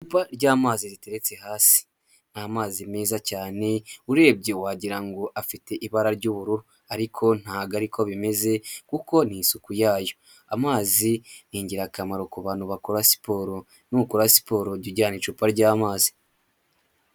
Icupa ry'amazi riteretse hasi, ni amazi meza cyane urebye wagirango ngo afite ibara ry'ubururu ariko ntago ari ko bimeze kuko ni isuku y'ayo, amazi ni ingirakamaro ku bantu bakora siporo, nukora siporo jya ujyana icupa ry'amazi.